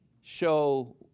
show